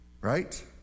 Right